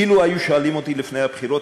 אילו שאלו אותי לפני הבחירות,